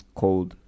called